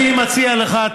אני מציע לך,